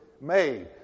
made